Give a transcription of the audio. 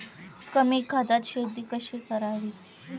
कमी खतात शेती कशी करावी?